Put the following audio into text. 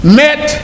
met